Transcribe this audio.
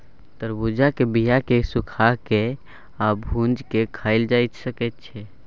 तरबुज्जा के बीया केँ सुखा के आ भुजि केँ खाएल जा सकै छै